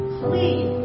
please